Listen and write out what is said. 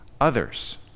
others